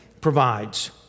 provides